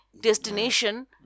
destination